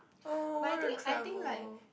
oh I want to travel